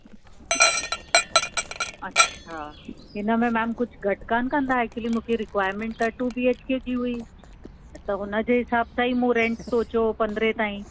अच्छा हिन में मैम कुझु घटि कोन कंदा एक्चुली मूंखे रिक्वायर्मेंट त टू बी एच के जी हुई त हुन जे हिसाब सां ई मूं रेंट सोचियो पंद्रहं ताईं